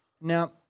now